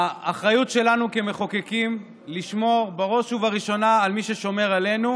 האחריות שלנו כמחוקקים היא לשמור בראש ובראשונה על מי ששומר עלינו,